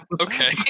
Okay